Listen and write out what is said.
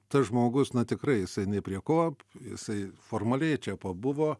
tas žmogus na tikrai jisai ne prie ko jisai formaliai čia pabuvo